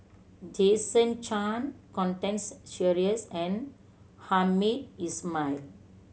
Jason Chan Constance Sheares and Hamed Ismail